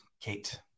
Kate